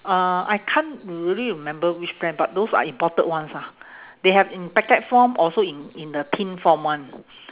uh I can't really remember which brand but those are imported ones ah they have in packet form also in in the tin form one